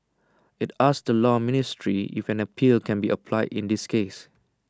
IT asked the law ministry if an appeal can be applied in this case